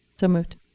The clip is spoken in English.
so moved.